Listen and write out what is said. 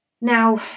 Now